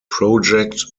project